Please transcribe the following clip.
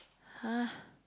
!huh!